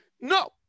No